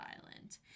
Island